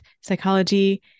psychology